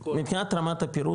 לכל --- מבחינת רמת הפירוט,